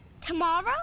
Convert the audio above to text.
Tomorrow